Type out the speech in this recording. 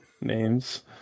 names